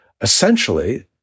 essentially